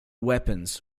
weapons